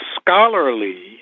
scholarly